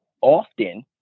often